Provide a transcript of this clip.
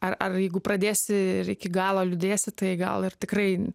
ar ar jeigu pradėsi ir iki galo liūdėsi tai gal ir tikrai